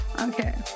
Okay